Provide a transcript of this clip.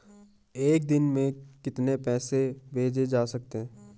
एक दिन में कितने पैसे भेजे जा सकते हैं?